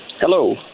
Hello